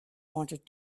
wanted